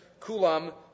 kulam